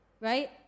Right